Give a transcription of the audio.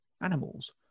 animals